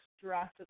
Jurassic